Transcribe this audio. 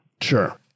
Sure